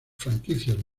franquicias